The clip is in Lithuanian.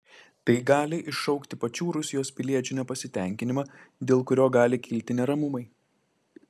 tai gali iššaukti pačių rusijos piliečių nepasitenkinimą dėl kurio gali kilti neramumai